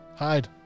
Hide